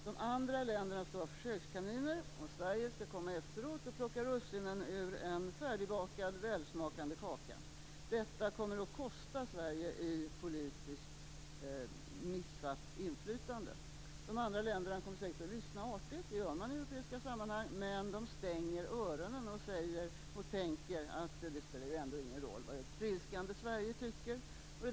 De andra länderna skall vara försökskaniner. Sverige skall komma efteråt och plocka russinen ur en färdigbakad välsmakande kaka. Detta kommer att kosta Sverige i politiskt missat inflytande. De andra länderna kommer säkert att lyssna artigt, det gör man i europeiska sammanhang, men de stänger öronen och tänker: Det spelar ändå ingen roll vad det trilskande Sverige tycker.